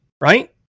right